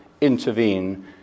intervene